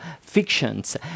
fictions